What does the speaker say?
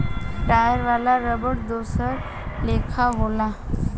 tyre वाला रबड़ दोसर लेखा होला